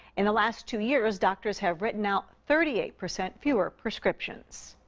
in the last two years, doctors have written out thirty eight percent fewer prescriptions.